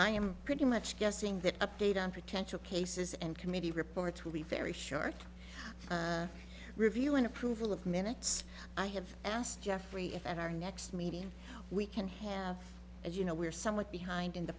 i am pretty much guessing that update on potential cases and committee reports will be very short review and approval of minutes i have asked jeffrey if at our next meeting we can have as you know we're somewhat behind in